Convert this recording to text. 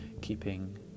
keeping